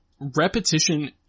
repetition